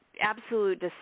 absolute